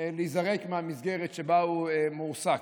להיזרק מהמסגרת שבה הוא מועסק.